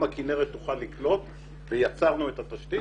אם הכינרת תוכל לקלוט ויצרנו את התשתית,